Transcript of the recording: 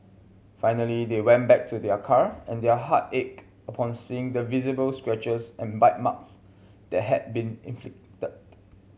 finally they went back to their car and their heart ached upon seeing the visible scratches and bite marks that had been